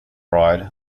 ride